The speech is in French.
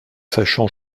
sachant